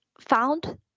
found